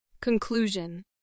Conclusion